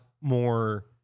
more